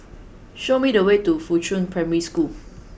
show me the way to Fuchun Primary School